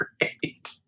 great